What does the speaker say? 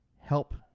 help